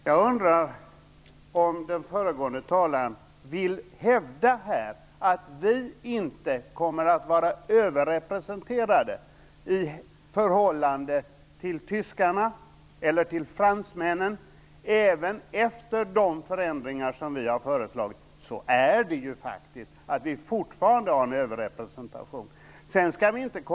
Herr talman! Jag undrar om den föregående talaren vill hävda att vi svenskar inte kommer att vara överrepresenterade i förhållande till tyskarna eller till fransmännen även efter de förändringar som vi moderater har föreslagit. Så är det ju faktiskt: Vi har fortfarande en överrepresentation.